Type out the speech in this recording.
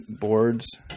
boards